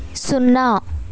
సున్నా